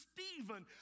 Stephen